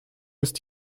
ist